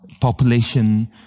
population